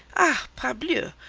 ah, parbleu!